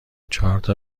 چهارتا